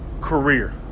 career